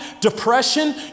depression